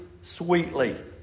sweetly